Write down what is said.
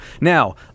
Now